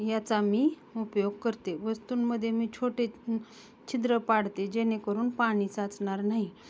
याचा मी उपयोग करते वस्तूंमध्ये मी छोटे छिद्रं पाडते जेणेकरून पाणी साचणार नाही